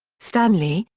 stanley,